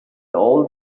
all